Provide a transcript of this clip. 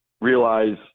realize